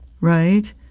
right